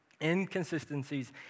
inconsistencies